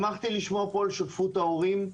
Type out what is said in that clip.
שמחתי לשמוע פה על שותפות ההורים.